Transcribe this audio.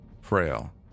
frail